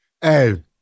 Hey